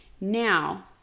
Now